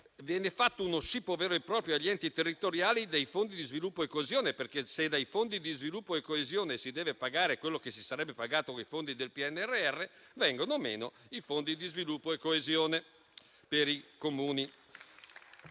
viene fatto uno scippo vero e proprio agli enti territoriali dei fondi di sviluppo e coesione, perché, se con i fondi di sviluppo e coesione si deve pagare quello che si sarebbe pagato coi fondi del PNRR, vengono meno i fondi di sviluppo e coesione per i Comuni.